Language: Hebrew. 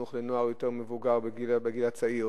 וחינוך לנוער יותר מבוגר, בגיל הצעיר.